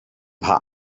paar